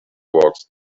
walks